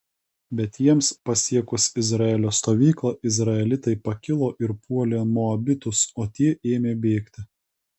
bet jiems pasiekus izraelio stovyklą izraelitai pakilo ir puolė moabitus o tie ėmė bėgti